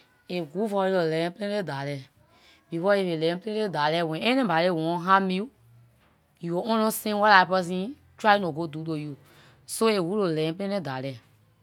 Aay good for you to learn plenty dialect, because if you learn plenty dialect when anybody want harm you, you will understand what dah person trying to go do to you. So aay good to learn plenty dialect.